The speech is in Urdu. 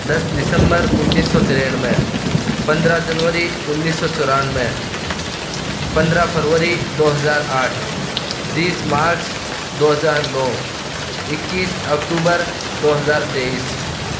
دس دسمبر انیس سو ترنمے پندرہ جنوری انیس سو چورانمے پندرہ فروری دوہزار آٹھ تیس مارچ دوہزار نو اکیس اکٹوبر دوہزار تیئیس